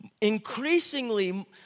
increasingly